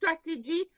strategy